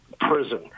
prison